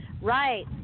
Right